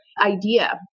idea